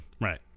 Right